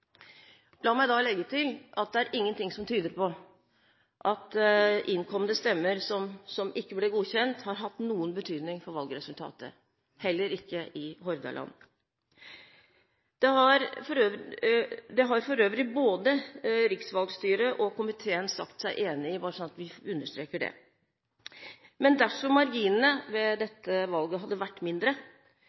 La meg da legge til at det er ingenting som tyder på at innkomne stemmer som ikke ble godkjent, har hatt noen betydning for valgresultatet, heller ikke i Hordaland. Det har for øvrig både riksvalgstyret og komiteen sagt seg enig i, bare så vi understreker det. Men dersom marginene ved dette valget hadde vært mindre,